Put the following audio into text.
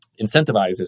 incentivizes